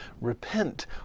Repent